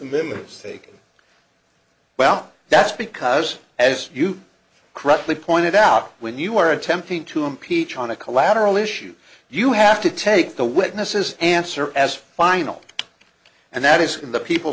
taking well that's because as you correctly pointed out when you are attempting to impeach on a collateral issue you have to take the witnesses answer as final and that is in the people